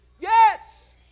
Yes